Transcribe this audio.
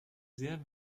sehr